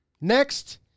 Next